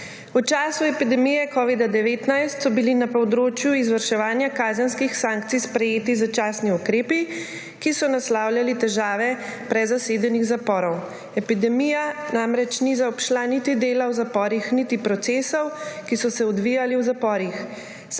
V času epidemije covida-19 so bili na področju izvrševanja kazenskih sankcij sprejeti začasni ukrepi, ki so naslavljali težave prezasedenih zaporov. Epidemija namreč ni zaobšla niti dela v zaporih niti procesov, ki so se odvijali v zaporih.